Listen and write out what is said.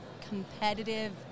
competitive